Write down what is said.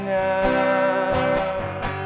now